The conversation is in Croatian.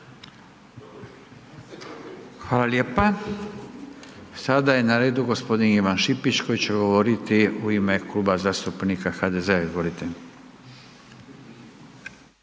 Hvala lijepa. Sada je na redu gospodin Ivan Šipić koji će govoriti u ime Kluba zastupnika HDZ-a. Izvolite.